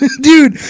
Dude